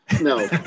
no